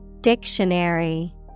Dictionary